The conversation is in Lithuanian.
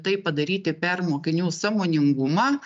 tai padaryti per mokinių sąmoningumą